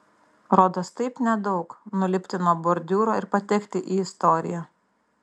rodos taip nedaug nulipti nuo bordiūro ir patekti į istoriją